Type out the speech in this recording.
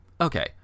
Okay